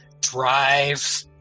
drive